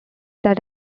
that